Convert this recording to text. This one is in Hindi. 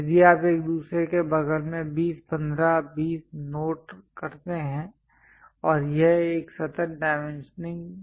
यदि आप एक दूसरे के बगल में 20 15 20 नोट करते हैं और यह एक सतत चेन डाइमेंशनिंग है